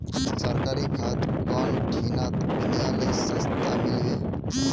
सरकारी खाद कौन ठिना कुनियाँ ले सस्ता मीलवे?